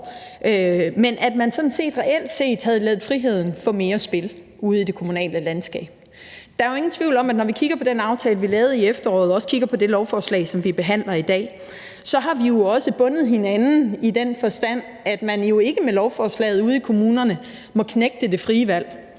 men at man sådan set reelt havde ladet friheden få mere spil ude i det kommunale landskab. Når vi kigger på den aftale, vi lavede i efteråret, og også kigger på det lovforslag, som vi behandler i dag, er der jo ingen tvivl om, at vi også har bundet hinanden i den forstand, at man ikke med lovforslaget ude i kommunerne må knægte det frie valg.